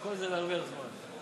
הכול זה להרוויח זמן.